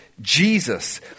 Jesus